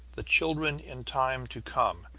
the children in times to come,